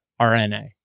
RNA